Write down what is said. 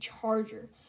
charger